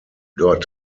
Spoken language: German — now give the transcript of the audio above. dort